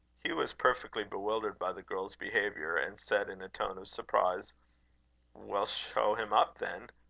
hugh was perfectly bewildered by the girl's behaviour, and said in a tone of surprise well, show him up, then.